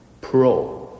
pro